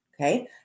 Okay